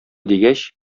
дигәч